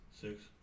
Six